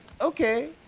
okay